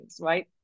right